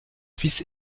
fils